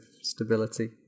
stability